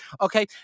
okay